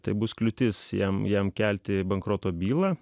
tai bus kliūtis jam jam kelti bankroto bylą